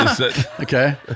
Okay